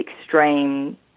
extreme